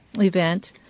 event